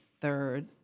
third